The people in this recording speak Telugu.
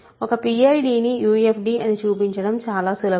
ఒక PID ని UFD అని చూపించటం చాలా సులభం